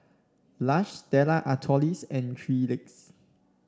Lush Stella Artois and Three Legs